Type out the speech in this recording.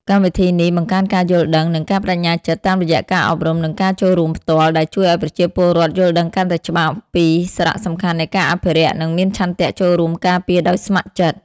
កម្មវិធីនេះបង្កើនការយល់ដឹង និងការប្ដេជ្ញាចិត្ត តាមរយៈការអប់រំ និងការចូលរួមផ្ទាល់ ដែលជួយឱ្យប្រជាពលរដ្ឋយល់ដឹងកាន់តែច្បាស់ពីសារៈសំខាន់នៃការអភិរក្ស និងមានឆន្ទៈចូលរួមការពារដោយស្ម័គ្រចិត្ត។